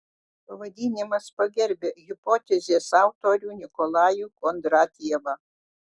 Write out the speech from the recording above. pavadinimas pagerbia hipotezės autorių nikolajų kondratjevą